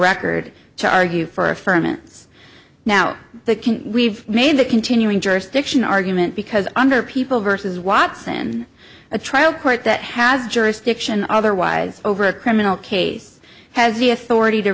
record charge you for a firm and now that can we've made that continuing jurisdiction argument because under people versus watson a trial court that has jurisdiction otherwise over a criminal case has the authority to